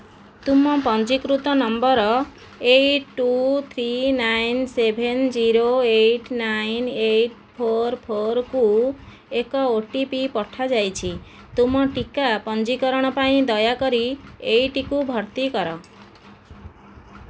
ତୁମ ପଞ୍ଜୀକୃତ number eight two three nine seven zero eight nine eight four ଫୋର୍କୁ ଏକ ଓ ଟି ପି ପଠାଯାଇଛି ତୁମ ଟିକା ପଞ୍ଜୀକରଣ ପାଇଁ ଦୟାକରି ଏହିଟିକୁ ଭର୍ତ୍ତି କର